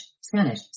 Spanish